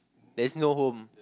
there's no home